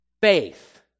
faith